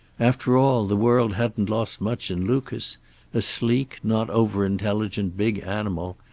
after all, the world hadn't lost much in lucas a sleek, not over-intelligent big animal,